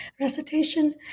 recitation